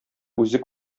үзе